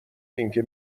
اینکه